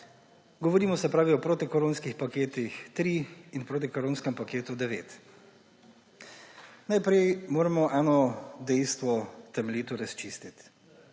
Govorimo o protikoronskem paketu 3 in protikoronskem paketu 9. Najprej moramo eno dejstvo temeljito razčistiti,